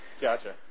Gotcha